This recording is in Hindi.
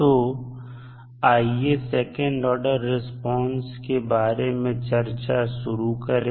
तो आइए सेकंड ऑर्डर रिस्पांस के बारे में चर्चा शुरू करें